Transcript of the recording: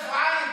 זה חוק-יסוד,